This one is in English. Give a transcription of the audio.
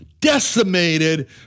decimated